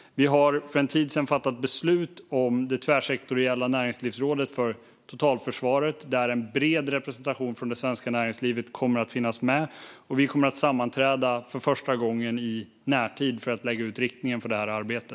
Vi har för en tid sedan fattat beslut om det tvärsektoriella näringslivsrådet för totalförsvaret, där det kommer att finnas en bred representation från det svenska näringslivet. Och vi kommer i närtid att sammanträda för första gången för att lägga ut riktningen för detta arbete.